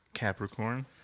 Capricorn